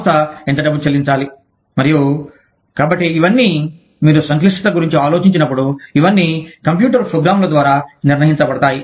సంస్థ ఎంత డబ్బు చెల్లించాలి మరియు కాబట్టి ఇవన్నీ మీరు సంక్లిష్టత గురించి ఆలోచించినప్పుడు ఇవన్నీ కంప్యూటర్ ప్రోగ్రామ్ల ద్వారా నిర్వహించబడతాయి